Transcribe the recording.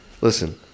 listen